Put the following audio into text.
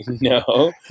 no